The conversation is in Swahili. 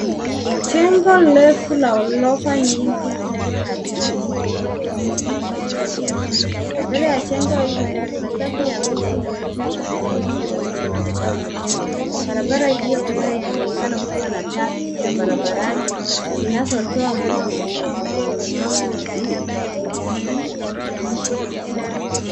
Jengo refu la ghorofa nyingi likiwa na taa zilizowaka linaonekana katikati ya picha. Mbele ya jengo hilo kuna safu ya miti na vichaka vinavyotenganisha barabara na jengo. Barabara iliyo mbele inaonekana kuwa na taa za barabarani zinazotoa mwanga wa manjano.